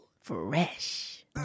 Fresh